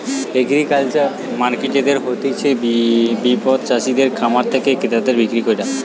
agricultural marketing মানে হতিছে বিপণন চাষিদের খামার থেকে ক্রেতাদের বিক্রি কইরা